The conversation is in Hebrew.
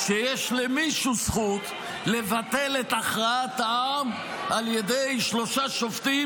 שיש למישהו זכות לבטל את הכרעת העם על ידי שלושה שופטים,